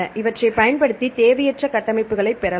இவற்றைப் பயன்படுத்தி தேவையற்ற கட்டமைப்புகளை பெறலாம்